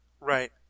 Right